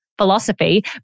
philosophy